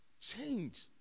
change